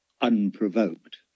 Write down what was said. unprovoked